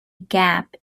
gap